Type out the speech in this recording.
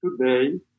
today